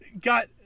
got